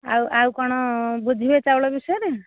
ଆଉ ଆଉ କ'ଣ ବୁଝିବେ ଚାଉଳ ବିଷୟରେ